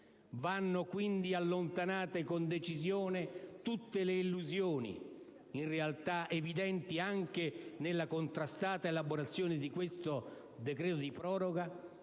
Vanno quindi allontanate con decisione tutte le illusioni, in realtà evidenti anche nella contrastata elaborazione di questo decreto di proroga,